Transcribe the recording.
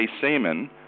semen